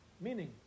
Meaning